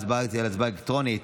ההצבעה היא הצבעה אלקטרונית.